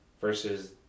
versus